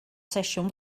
sesiwn